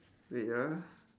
wait ah